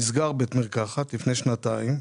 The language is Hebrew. נסגר בית המרקחת שלנו לפני שנתיים,